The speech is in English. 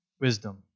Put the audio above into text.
wisdom